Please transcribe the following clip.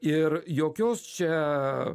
ir jokios čia